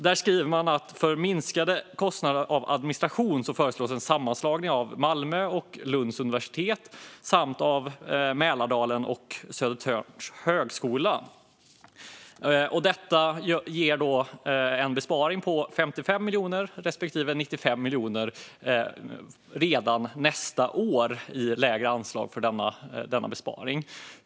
Där skriver man att för minskade kostnader för administration föreslås en sammanslagning av Malmö universitet och Lunds universitet samt av Mälardalens högskola och Södertörns högskola. Detta ger en besparing på 55 miljoner respektive 95 miljoner redan nästa år.